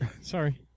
Sorry